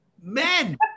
Men